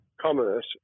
commerce